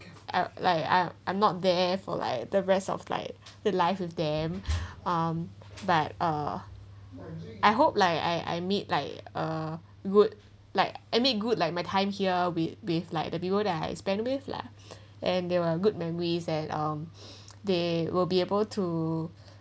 I like I I'm not there for like the rest of like the life with them um but uh I hope like I I made like a good like I made good like my time here with with like the people that I spend with lah and they were good memories at um they will be able to